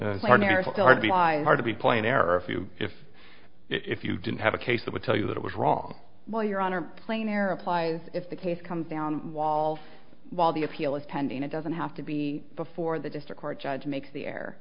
i hard to be point error if you if if you didn't have a case that would tell you that it was wrong while your honor plain error applies if the case comes down walls while the appeal is pending it doesn't have to be before the district court judge makes the air